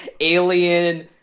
Alien